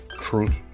truth